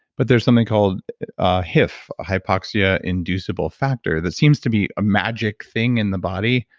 but there's something called hif, hypoxia-inducible factor, that seems to be a magic thing in the body,